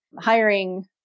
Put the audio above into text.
hiring